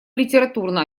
литературно